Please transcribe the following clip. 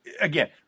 again